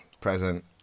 present